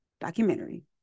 documentary